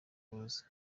kuza